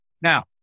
Now